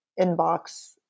inbox